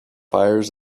fires